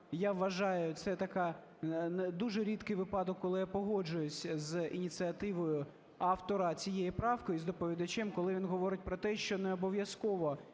я вважаю, це такий дуже рідкий випадок, коли я погоджуюся з ініціативою автора цієї правки і з доповідачем, коли він говорить про те, що не обов'язково